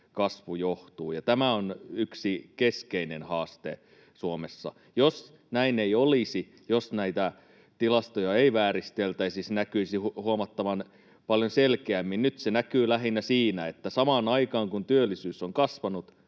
kasvu johtuu, ja tämä on yksi keskeinen haaste Suomessa. Jos näin ei olisi, jos näitä tilastoja ei vääristeltäisi, se näkyisi huomattavan paljon selkeämmin. Nyt se näkyy lähinnä siinä, että samaan aikaan, kun työllisyys on kasvanut,